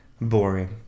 Boring